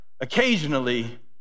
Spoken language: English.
occasionally